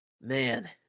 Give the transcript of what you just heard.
Man